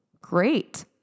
Great